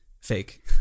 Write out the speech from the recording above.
fake